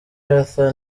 arthur